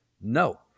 No